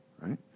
right